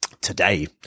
today